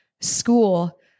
school